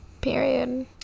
Period